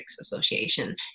Association